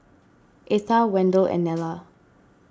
Etha Wendell and Nella